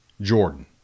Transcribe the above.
Jordan